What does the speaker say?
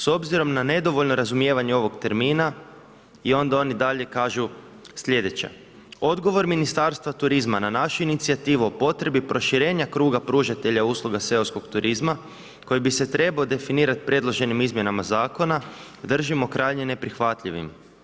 S obzirom na nedovoljno razumijevanje ovog termina i onda oni dalje kažu slijedeće: Odgovor Ministarstva turizma na našu inicijativu o potrebi proširenja kruga pružatelja usluga seoskog turizma koji bi se trebao definirati predloženim izmjenama Zakona, držimo krajnje neprihvatljivim.